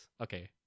Okay